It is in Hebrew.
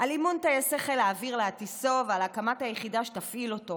על אימון טייסי חיל האוויר להטיסו ועל הקמת היחידה שתפעיל אותו,